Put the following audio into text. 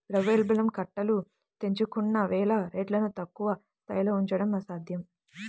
ద్రవ్యోల్బణం కట్టలు తెంచుకుంటున్న వేళ రేట్లను తక్కువ స్థాయిలో ఉంచడం అసాధ్యం